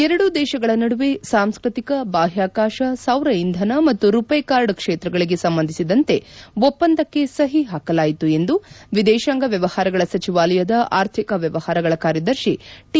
ಎರಡೂ ದೇಶಗಳ ನಡುವೆ ಸಾಂಸ್ಫತಿಕ ಬಾಹ್ಯಾಕಾಶ ಸೌರ ಇಂಧನ ಮತ್ತು ರುವೆ ಕಾರ್ಡ್ ಕ್ಷೇತ್ರಗಳಿಗೆ ಸಂಬಂಧಿಸಿದಂತೆ ಒಪ್ಪಂದಕ್ಕೆ ಸಹಿ ಹಾಕಲಾಯಿತು ಎಂದು ವಿದೇಶಾಂಗ ವ್ಚವಹಾರಗಳ ಸಚಿವಾಲಯದ ಆರ್ಥಿಕ ವ್ಚವಹಾರಗಳ ಕಾರ್ಯದರ್ಶಿ ಟಿ